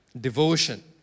devotion